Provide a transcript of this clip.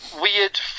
weird